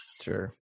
Sure